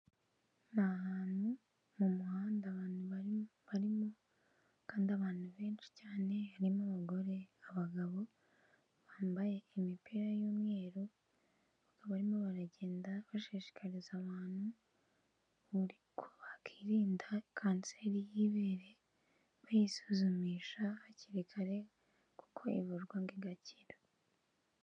Ni ahantu mu muhanda abantu barimo kandi abantu benshi cyane, harimo abagore, abagabo bambaye imipira y'umweru, bakaba barimo baragenda bashishikariza abantu ko bakirinda kanseri y'ibere bisuzumisha hakiri kare kuko ivurwa igakira.